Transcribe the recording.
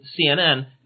CNN